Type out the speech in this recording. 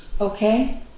Okay